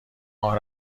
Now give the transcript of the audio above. ماه